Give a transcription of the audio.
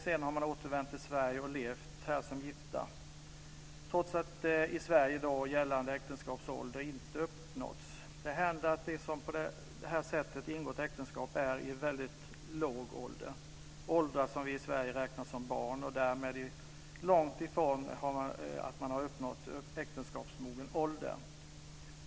Sedan har man återvänt till Sverige och levt här som gifta trots att i Sverige gällande äktenskapsålder inte uppnåtts. Det händer att de som på det här sättet ingått äktenskap är i mycket låg ålder, åldrar som vi i Sverige räknar som barn och där man långt ifrån har uppnått äktenskapsmogen ålder.